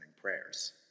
prayers